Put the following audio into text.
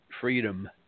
Freedom